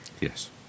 Yes